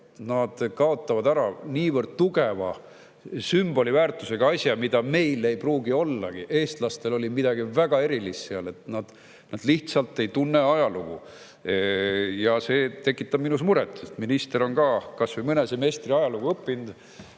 Nad kaotavad ära niivõrd tugeva sümboli väärtusega asja, mida meil ei pruugi ollagi. Eestlastel oli seal midagi väga erilist. Nad lihtsalt ei tunne ajalugu." See tekitab minus muret, sest minister on ka kas või mõne semestri ajalugu õppinud